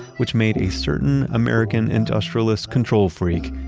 which made a certain american industrialist control freak,